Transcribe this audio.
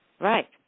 Right